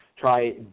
Try